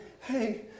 hey